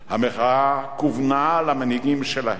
המחאה כוונה למנהיגים שלהם.